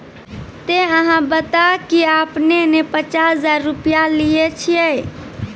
ते अहाँ बता की आपने ने पचास हजार रु लिए छिए?